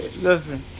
listen